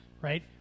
right